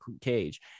cage